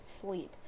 sleep